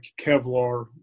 Kevlar